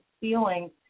feeling